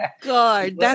God